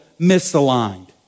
misaligned